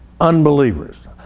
unbelievers